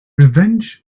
revenge